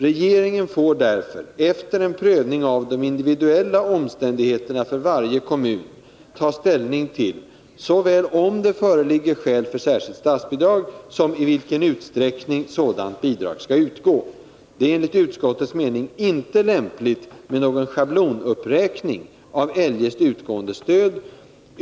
Regeringen får därför efter en prövning av de individuella omständigheterna för varje kommun ta ställning till såväl om det föreligger skäl för särskilt statsbidrag som i vilken utsträckning sådant bidrag skall utgå. Det är enligt utskottets mening inte lämpligt med någon schablonuppräkning av eljest utgående stöd.